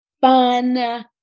fun